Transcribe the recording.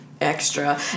extra